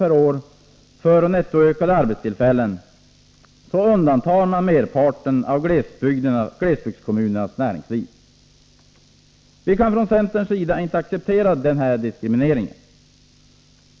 per år för nettoökade arbetstillfällen undantas merparten av glesbygdskommunernas näringsliv. Centern kan inte acceptera den diskrimineringen.